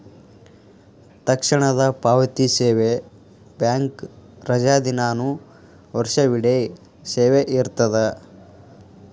ತಕ್ಷಣದ ಪಾವತಿ ಸೇವೆ ಬ್ಯಾಂಕ್ ರಜಾದಿನಾನು ವರ್ಷವಿಡೇ ಸೇವೆ ಇರ್ತದ